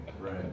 Right